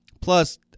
plus